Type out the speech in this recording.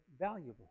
Valuable